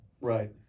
Right